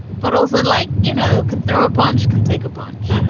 but also, like, you know, can throw a punch. can take a punch.